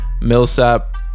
Millsap